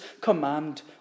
command